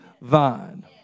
vine